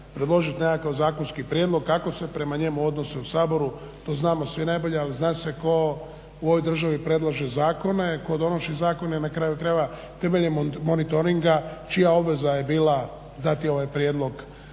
predložiti nekakav zakonski prijedlog kako se prema njemu odnose u Saboru. To znamo svi najbolje, ali zna se tko u ovoj državi predlaže zakone, tko donosi zakone i na kraju krajeva temeljem monitoringa čija obveza je bila dati ovaj prijedlog